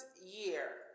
year